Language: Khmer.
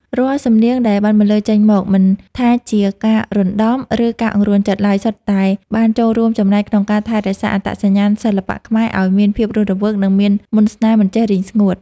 រាល់សំនៀងដែលបានបន្លឺចេញមក មិនថាជាការសណ្តំ ឬការអង្រួនចិត្តឡើយ សុទ្ធតែបានចូលរួមចំណែកក្នុងការថែរក្សាអត្តសញ្ញាណសិល្បៈខ្មែរឱ្យមានភាពរស់រវើក និងមានមន្តស្នេហ៍មិនចេះរីងស្ងួត។